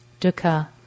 Dukkha